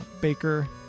Baker